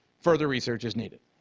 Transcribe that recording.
further research is needed.